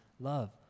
love